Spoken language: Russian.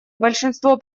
большинство